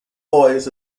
boys